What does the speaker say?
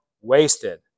wasted